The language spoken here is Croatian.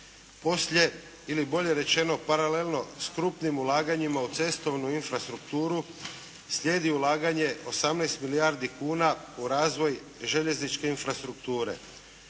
Poslije ili bolje rečeno paralelno s krupnim ulaganjima u cestovnu infrastrukturu slijedi ulaganje 18 milijardi kuna u razvoj željezničke infrastrukture.